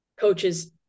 coaches